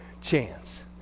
chance